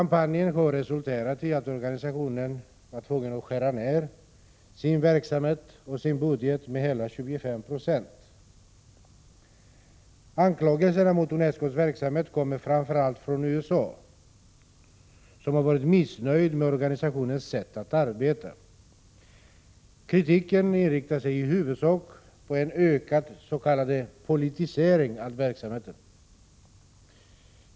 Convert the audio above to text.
Kampanjen har resulterat i att organisationen tvingats skära ned sin verksamhet och sin budget med hela 25 90. Anklagelserna mot UNESCO:s verksamhet kommer framför allt från USA, som varit missnöjt med organisationens sätt att arbeta. Kritiken inriktar sig i huvudsak på en ökad s.k. politisering av verksamheten.